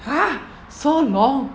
!huh! so long